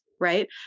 Right